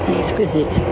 exquisite